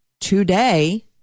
today